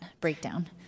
breakdown